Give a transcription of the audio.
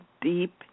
deep